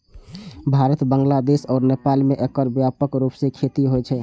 भारत, बांग्लादेश आ नेपाल मे एकर व्यापक रूप सं खेती होइ छै